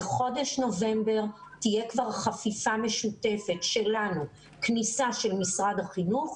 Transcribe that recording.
בחודש נובמבר תהיה כבר חפיפה משותפת שלנו לכניסת משרד החינוך,